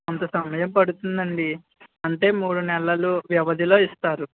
కొంతసమయం పడుతుందండి అంటే మూడు నెలలు వ్యవధిలో ఇస్తారు